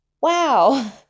wow